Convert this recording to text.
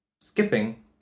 Skipping